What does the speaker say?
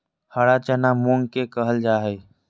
हरा चना मूंग के कहल जा हई